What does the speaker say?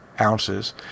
ounces